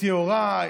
את יוראי,